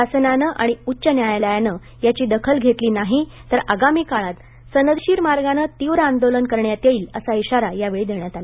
शासनाने आणि उच्च न्यायालयाने यांची दखल घेतली नाही तर आगामी काळात सनदशील मार्गाने तीव्र आंदोलन करण्यात येईल असा इशारा यावेळी देण्यात आला